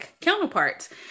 counterparts